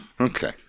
okay